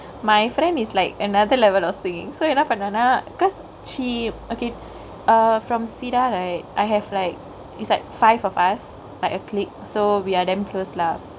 my friend is like another level of singkingk so you know pandana cause she okay err from cedar right I have like it's like five of us like a clique so we are damn close lah